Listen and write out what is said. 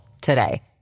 today